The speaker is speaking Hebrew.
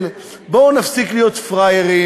בואו נפסיק להתנצל, בואו נפסיק להיות פראיירים,